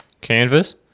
canvas